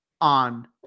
on